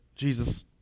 Jesus